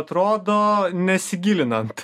atrodo nesigilinant